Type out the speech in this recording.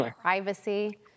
privacy